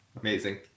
Amazing